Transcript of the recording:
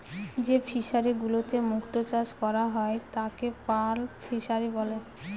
যে ফিশারিগুলোতে মুক্ত চাষ করা হয় তাকে পার্ল ফিসারী বলে